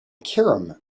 cairum